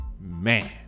man